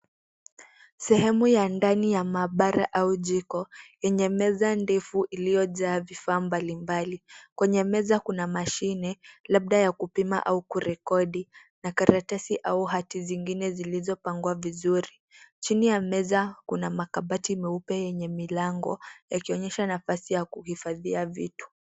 Sehemu ya ndani ya maabara au jiko, yenye meza ndefu iliyojaa vifa mbalimbali. Kwenye meza kuna mashine, labda ya kupima au kurekodi, na karatasi au hati zingine zilizopangwa vizuri. Chini ya meza kuna makabati meupe yenye milango yakionyesha nafasi ya kuhifadhia vitu.